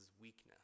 weakness